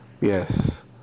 Yes